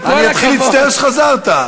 אני אתחיל להצטער שחזרת.